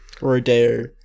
Rodeo